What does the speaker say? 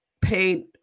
paid